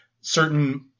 certain